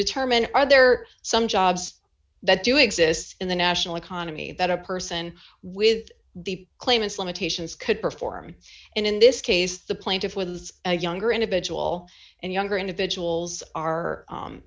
determine are there some jobs that do exist in the national economy that a person with the claimants limitations could perform and in this case the plaintiff with a younger individual and younger individuals are